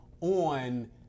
on